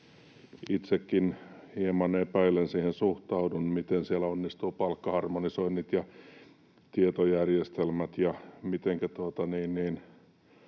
Itsekin hieman epäillen siihen suhtaudun: miten siellä onnistuu palkkaharmonisoinnit ja tietojärjestelmät,